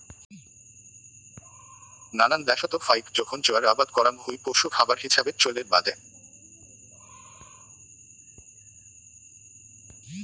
নানান দ্যাশত ফাইক জোখন জোয়ার আবাদ করাং হই পশু খাবার হিছাবে চইলের বাদে